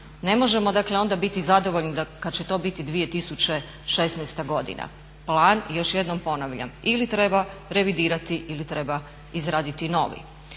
ne možemo dakle onda biti zadovoljni kad će to biti 2016.godina. Plan, još jednom ponavljam ili treba revidirati ili treba izraditi novi.